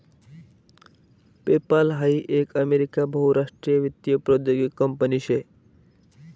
PayPal हाई एक America बहुराष्ट्रीय वित्तीय प्रौद्योगीक कंपनी शे